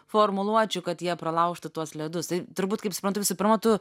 formuluočių kad jie pralaužtų tuos ledus tai turbūt kaip suprantu visų pirma tu